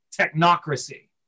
technocracy